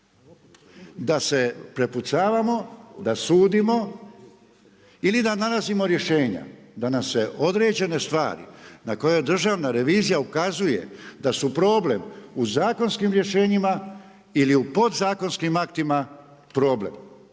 Da se prepucavamo, da sudimo ili da danas imamo rješenja, da nam se određene stvari, na kojoj Državna revizija ukazuje da su problem u zakonskim rješenjima ili u podzakonskim aktima problem.